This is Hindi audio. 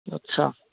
अच्छा